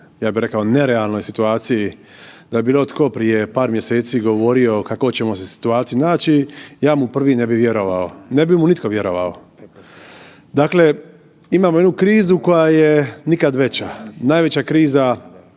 ja bih rekao u nerealnoj situaciji da je bilo tko prije par mjeseci govorio u kakvoj ćemo se situaciji naći, ja mu prvi ne bi vjerovao, ne bi mu nitko vjerovao. Dakle, imamo jednu krizu koja je nikad veća, najveća kriza